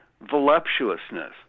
voluptuousness